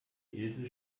ilse